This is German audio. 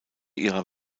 ihrer